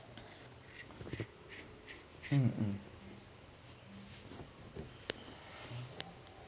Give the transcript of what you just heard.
mm mm